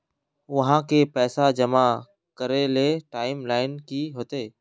आहाँ के पैसा जमा करे ले टाइम लाइन की होते?